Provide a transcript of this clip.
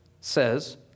says